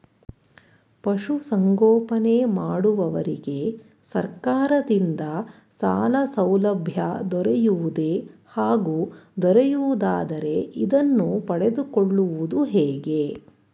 ಪಶುಸಂಗೋಪನೆ ಮಾಡುವವರಿಗೆ ಸರ್ಕಾರದಿಂದ ಸಾಲಸೌಲಭ್ಯ ದೊರೆಯುವುದೇ ಹಾಗೂ ದೊರೆಯುವುದಾದರೆ ಇದನ್ನು ಪಡೆದುಕೊಳ್ಳುವುದು ಹೇಗೆ?